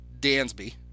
Dansby